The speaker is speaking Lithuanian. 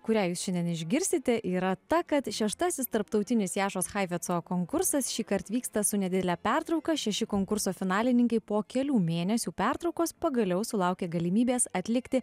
kurią jūs šiandien išgirsite yra ta kad šeštasis tarptautinis jašos haifetco konkursas šįkart vyksta su nedidele pertrauka šeši konkurso finalininkai po kelių mėnesių pertraukos pagaliau sulaukė galimybės atlikti